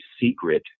secret